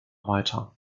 weiter